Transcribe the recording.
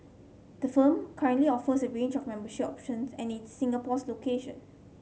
the firm currently offers a range of membership options at its Singapore location